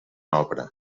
obra